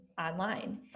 online